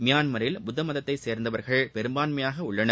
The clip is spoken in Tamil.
மியான்மரில் புத்த மதத்தை சேர்தவர்கள் பெரும்பான்மையாக உள்ளனர்